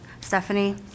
Stephanie